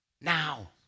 now